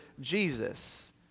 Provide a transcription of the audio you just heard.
Jesus